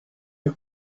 you